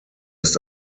ist